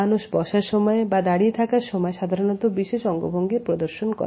মানুষ বসার সময় বা দাঁড়িয়ে থাকা সময় সাধারণত বিশেষ অঙ্গভঙ্গির প্রদর্শন করে